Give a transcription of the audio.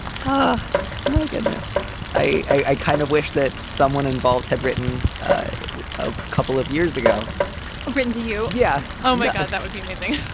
but my goodness i kind of wish that someone involved had written a couple of years ago written to you yeah. oh that would be amazing.